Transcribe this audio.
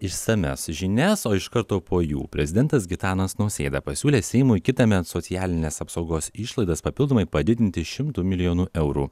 išsamias žinias o iš karto po jų prezidentas gitanas nausėda pasiūlė seimui kitąmet socialinės apsaugos išlaidas papildomai padidinti šimtu milijonų eurų